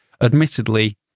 Admittedly